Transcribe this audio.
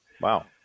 Wow